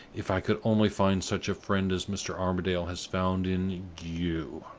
if i could only find such a friend as mr. armadale has found in you.